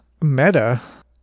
Meta